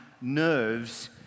nerves